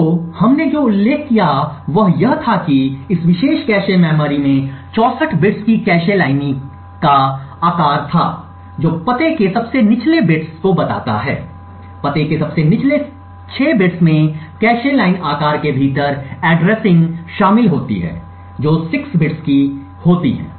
तो हमने जो उल्लेख किया वह यह था कि इस विशेष कैश मेमोरी में 64 बिट्स की कैश लाइन का आकार था जो पते के सबसे नीचले बिट्स को बताता है पते के सबसे नीचले 6 बिट्स में कैश लाइन आकार के भीतर एड्रेसिंग शामिल होती है जो 6 बिट्स की होती है